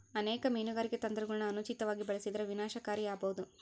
ಅನೇಕ ಮೀನುಗಾರಿಕೆ ತಂತ್ರಗುಳನ ಅನುಚಿತವಾಗಿ ಬಳಸಿದರ ವಿನಾಶಕಾರಿ ಆಬೋದು